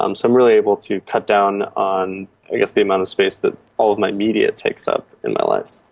um so i'm really able to cut down on i guess the amount of space that all of my media takes up in my life.